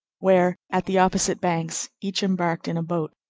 where, at the opposite banks, each embarked in a boat,